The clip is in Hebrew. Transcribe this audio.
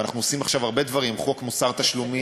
ואנחנו עושים עכשיו הרבה דברים: חוק מוסר תשלומים,